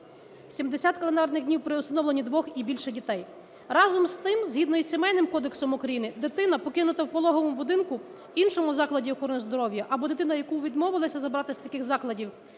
70 календарних днів – при усиновленні двох і більше дітей. Разом з тим, згідно із Сімейним кодексом України дитина, покинута в пологовому будинку, в іншому закладі охорони здоров'я, або дитина, яку відмовилися забрати з таких закладів